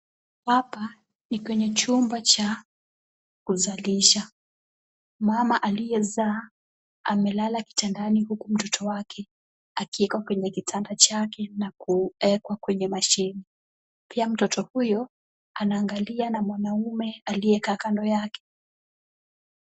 Hapa ni kwenye chumba cha kusalisha, mama aliyesaa amelala kitandani huku mtoto wake akiwekwa kwenye kitanda chake na kuwekwa kwenye mashine pia mtoto huyo anaangaliwa na mwanaume aliye kando yake.